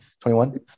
21